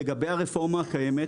לגבי הרפורמה הקיימת,